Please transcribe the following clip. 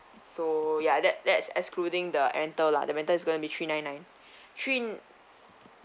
so ya that that's excluding the rental lah the rental is gonna be three nine nine three